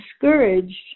discouraged